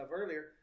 earlier